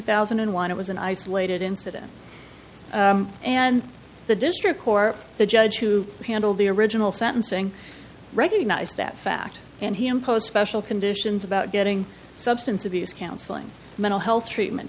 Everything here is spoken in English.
thousand and one it was an isolated incident and the district court the judge who handled the original sentencing recognized that fact and he imposed special conditions about getting substance abuse counseling mental health treatment